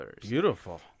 Beautiful